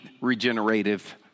regenerative